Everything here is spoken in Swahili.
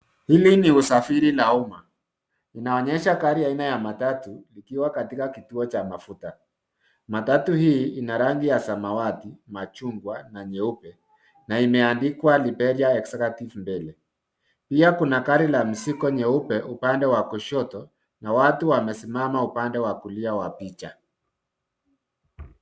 Hili ni usafiri la umma linaonyesha gari aina ya matatu likiwa katika kituo cha mafuta. Matatu hii ina rangi ya samawati, machungwa na nyeupe na imeandikwa Liberia Executive mbele. Pia kuna gari la mzigo nyeupe upande wa kushoto na watu wamesimama upande wa kulia wa picha.